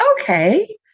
okay